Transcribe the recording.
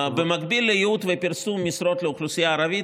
במקביל לייעוד ופרסום של משרות לאוכלוסייה הערבית,